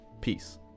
Peace